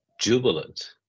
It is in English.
jubilant